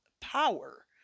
power